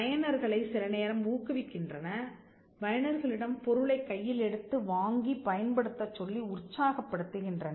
பயனர்களை சிலநேரம் ஊக்குவிக்கின்றன பயனர்களிடம் பொருளைக் கையில் எடுத்து வாங்கி பயன்படுத்தச் சொல்லி உற்சாகப் படுத்துகின்றன